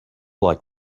like